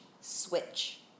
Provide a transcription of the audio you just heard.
switch